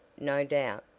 no doubt,